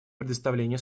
предоставлении